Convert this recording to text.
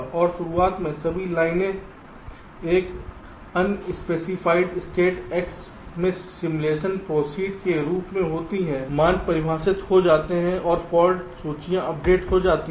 और शुरुआत में सभी लाइनें एक अनस्पेसिफाइड स्टेट X में सिमुलेशन प्रोसीड के रूप में होती हैं मान परिभाषित हो जाते हैं और फाल्ट सूचियां अपडेट हो जाती हैं